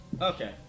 Okay